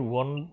one